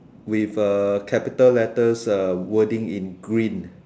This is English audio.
with a capital letters uh wording in green